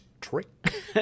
trick